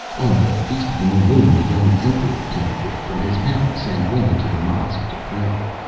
on the feast of the new moon the young emperor came forth from his palace and went into the mosque to pray.